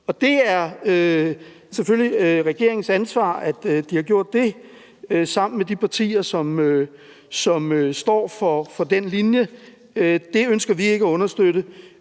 Det er selvfølgelig regeringens ansvar, at de har gjort det sammen med de partier, som står for den linje. Det ønsker vi ikke at understøtte.